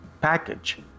package